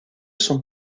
son